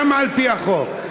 גם על-פי החוק,